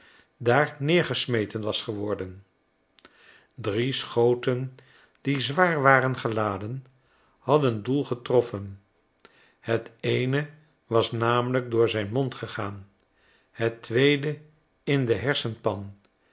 daar neergesmeten was geworden drie schoten die zwaar waren geladen hadden doel getroffen het eene was namelijk door zijn mond gegaan het tweede in de hersenpan en